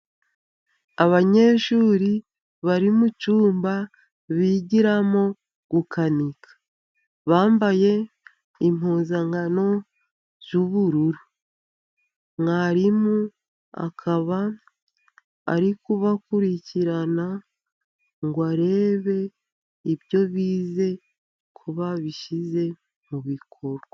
Abanyeshuri bari mu cyumba bigiramo gukanika, bambaye impuzankano z'ubururu, mwarimu akaba ari kubakurikirana ,ngo arebe ibyo bize ko babishyize mu bikorwa.